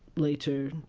later,